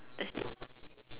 that's it